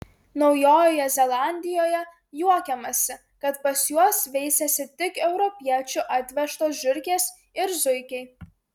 naujojoje zelandijoje juokiamasi kad pas juos veisiasi tik europiečių atvežtos žiurkės ir zuikiai